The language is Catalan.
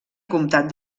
comtat